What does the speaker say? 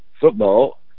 football